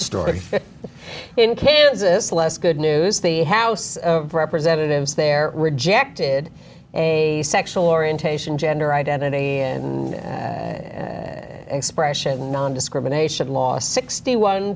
story in kansas less good news the house of representatives there rejected a sexual orientation gender identity and expression nondiscrimination lost sixty one